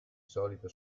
solito